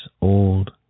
old